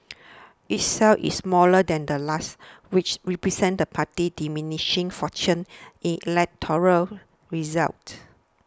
each cell is smaller than the last which represents the party's diminishing fortunes in electoral results